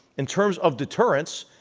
in terms of deterrents,